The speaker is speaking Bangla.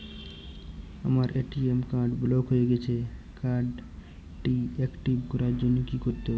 আমার এ.টি.এম কার্ড ব্লক হয়ে গেছে কার্ড টি একটিভ করার জন্যে কি করতে হবে?